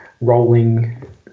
rolling